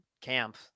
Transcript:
Camp